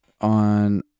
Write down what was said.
on